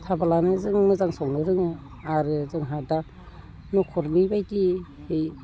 थाबोलानो जों मोजां संनो रोङो आरो जोंहा दा न'खरनि बायदिहै